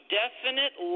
definite